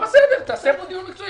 לא בסדר, תעשה פה דיון מקצועי.